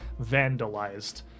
vandalized